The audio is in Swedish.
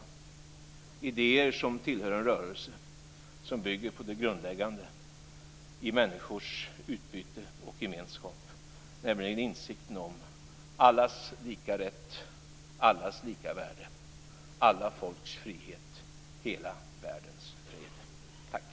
Det är idéer som tillhör en rörelse som bygger på det grundläggande i människors utbyte och gemenskap, nämligen insikten om allas lika rätt, allas lika värde, alla folks frihet, hela världens fred.